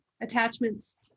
attachments